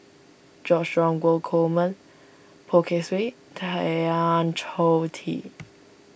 George Dromgold Coleman Poh Kay Swee Tan Choh Tee